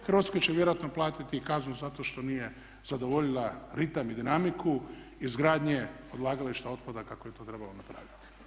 Hrvatska će vjerojatno platiti kaznu zato što nije zadovoljila ritam i dinamiku izgradnje odlagališta otpada kako je to trebalo napraviti.